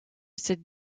cette